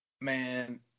Man